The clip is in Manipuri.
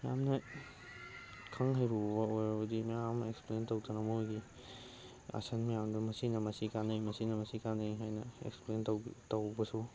ꯌꯥꯝꯅ ꯈꯪ ꯍꯩꯔꯨꯕ ꯑꯣꯏꯔꯕꯗꯤ ꯃꯌꯥꯝ ꯑꯦꯛꯁꯄ꯭ꯂꯦꯟ ꯇꯧꯗꯅ ꯃꯣꯏꯒꯤ ꯑꯁꯟ ꯃꯌꯥꯝꯗꯣ ꯃꯁꯤꯅ ꯃꯁꯤ ꯀꯥꯟꯅꯩ ꯃꯁꯤꯅ ꯃꯁꯤ ꯀꯥꯟꯅꯩ ꯍꯥꯏꯅ ꯑꯦꯛꯁꯄ꯭ꯂꯦꯟ ꯇꯧ ꯇꯧꯕꯁꯨ